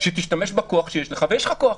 שתשתמש בכוח שיש לך ויש לך כוח,